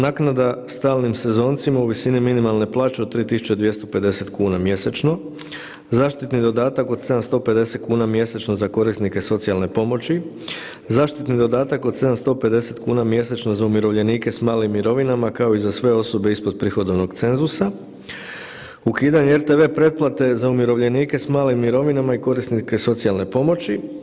Naknada stalnim sezoncima u visini minimalne plaće od 3.250 kuna mjesečno, zaštitni dodatak od 750 kuna mjesečno za korisnike socijalne pomoći, zaštitni dodatak od 750 kuna mjesečno za umirovljenike s malim mirovinama kao i za sve osobe ispod prihodovnog cenzusa, ukidanje RTV pretplate za umirovljenike s malim mirovinama i korisnike socijalne pomoći.